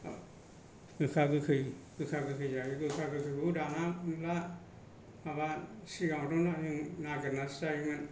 गोखा गोखै जों जायो गोखा गोखैखौ दाना नुला माबा सिगाङावथ' नागेरनानैसो जायोमोन